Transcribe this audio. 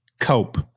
Cope